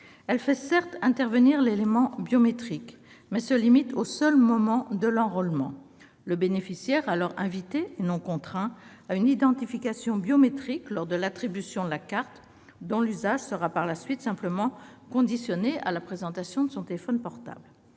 fait intervenir l'élément biométrique, mais uniquement lors de l'enrôlement : le bénéficiaire est alors invité, et non contraint, à une identification biométrique lors de l'attribution de la carte, dont l'usage sera par la suite simplement conditionné à la présentation de son téléphone portable.